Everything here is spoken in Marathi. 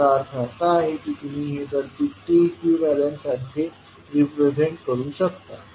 याचा अर्थ असा की तुम्ही हे सर्किट T इक्विवेलेंट सारखे रिप्रेझेंट करू शकता